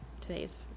today's